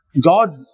God